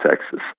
Texas